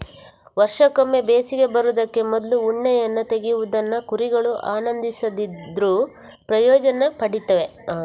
ವರ್ಷಕ್ಕೊಮ್ಮೆ ಬೇಸಿಗೆ ಬರುದಕ್ಕೆ ಮೊದ್ಲು ಉಣ್ಣೆಯನ್ನ ತೆಗೆಯುವುದನ್ನ ಕುರಿಗಳು ಆನಂದಿಸದಿದ್ರೂ ಪ್ರಯೋಜನ ಪಡೀತವೆ